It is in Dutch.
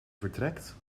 vertrekt